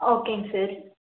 ஓகேங்க சார்